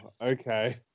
okay